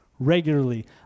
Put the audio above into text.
Regularly